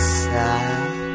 sad